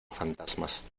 fantasmas